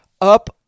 up